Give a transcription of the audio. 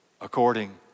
according